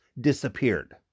disappeared